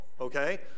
Okay